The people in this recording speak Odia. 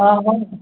ଅ ହଉ